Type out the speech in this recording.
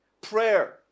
prayer